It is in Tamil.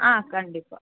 ஆ கண்டிப்பாக